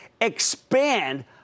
expand